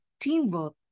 teamwork